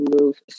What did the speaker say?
move